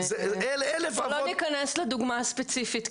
אנחנו לא ניכנס לדוגמה ספציפית,